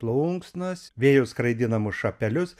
plunksnas vėjo skraidinamų šapelius